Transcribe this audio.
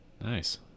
nice